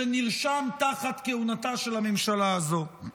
שנרשם תחת כהונתה של הממשלה הזו.